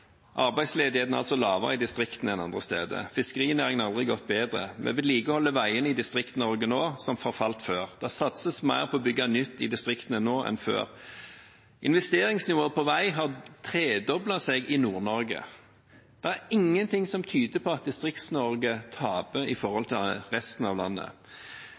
Arbeidsledigheten er lavere i distriktene enn andre steder. Fiskerinæringen har aldri gått bedre. Vi vedlikeholder nå veiene i Distrikts-Norge som forfalt før. Det satses mer på å bygge nytt i distriktene nå enn før. Investeringsnivået på vei har tredoblet seg i Nord-Norge. Det er ingen ting som tyder på at Distrikts-Norge taper i forhold til resten av landet.